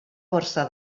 borsa